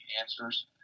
answers